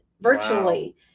virtually